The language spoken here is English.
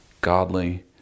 godly